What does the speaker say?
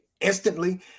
instantly